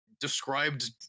described